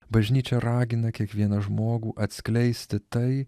bažnyčia ragina kiekvieną žmogų atskleisti tai